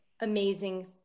amazing